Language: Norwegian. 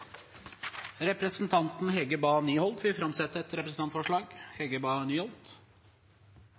Representanten Hege Bae Nyholt vil framsette et representantforslag.